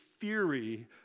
theory